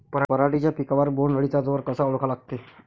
पराटीच्या पिकावर बोण्ड अळीचा जोर कसा ओळखा लागते?